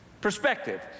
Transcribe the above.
perspective